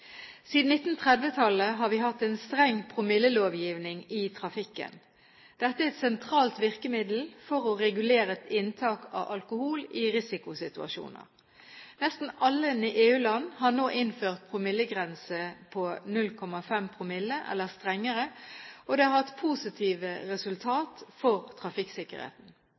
Siden 1930-tallet har vi hatt en streng promillelovgivning i trafikken. Dette er et sentralt virkemiddel for å regulere inntak av alkohol i risikosituasjoner. Nesten alle EU-land har nå innført promillegrense på 0,5 eller strengere, og det har hatt positive resultat for trafikksikkerheten.